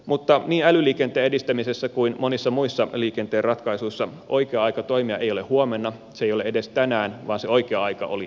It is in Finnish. mutta niin älyliikenteen edistämisessä kuin monissa muissa liikenteen ratkaisuissa oikea aika toimia ei ole huomenna se ei ole edes tänään vaan se oikea aika oli eilen